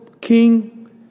King